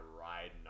riding